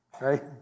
Right